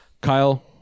Kyle